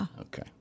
Okay